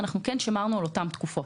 כן שמרנו על אותן תקופות,